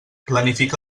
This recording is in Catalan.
planifica